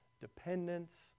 dependence